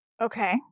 Okay